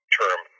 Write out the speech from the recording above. term